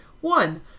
One